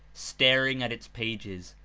staring at its pages,